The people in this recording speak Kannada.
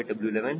6931